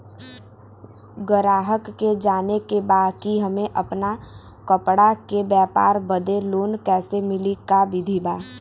गराहक के जाने के बा कि हमे अपना कपड़ा के व्यापार बदे लोन कैसे मिली का विधि बा?